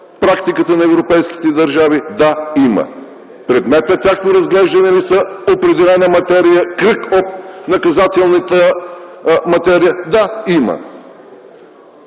практиката на европейските държави? Да, има. Предмет на тяхно разглежданe ли са определени материи, кръг от наказателната материя? Да.